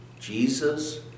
Jesus